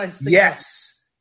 Yes